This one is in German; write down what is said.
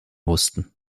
mussten